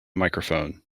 microphone